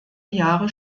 jahre